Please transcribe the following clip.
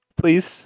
please